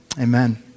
Amen